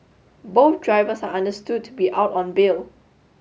both drivers are understood to be out on bail